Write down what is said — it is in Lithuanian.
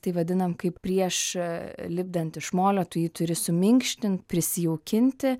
tai vadinam kaip prieš lipdant iš molio tu jį turi suminkštint prisijaukinti